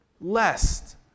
lest